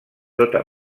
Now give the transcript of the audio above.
tota